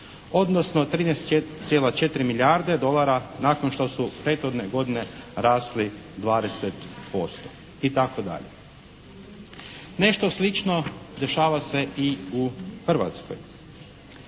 odnosno 13,4 milijarde dolara nakon što su prethodne godine rasli 20% itd. Nešto slično dešava se i u Hrvatskoj.